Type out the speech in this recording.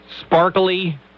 sparkly